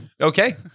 okay